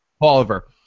Oliver